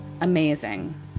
Amazing